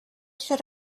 should